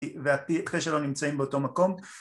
וכדי שלא נמצאים באותו מקום